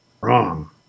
Wrong